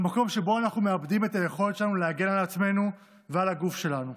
למקום שבו אנחנו מאבדים את היכולת שלנו להגן על עצמנו ועל הגוף שלנו.